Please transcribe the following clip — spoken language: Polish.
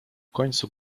końcu